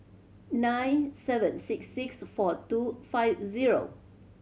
nine seven six six four two five zero